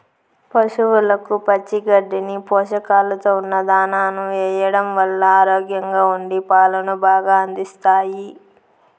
పసవులకు పచ్చి గడ్డిని, పోషకాలతో ఉన్న దానాను ఎయ్యడం వల్ల ఆరోగ్యంగా ఉండి పాలను బాగా అందిస్తాయి